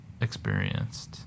experienced